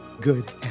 good